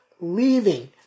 leaving